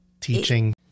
teaching